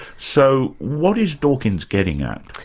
so, what is dawkins getting at?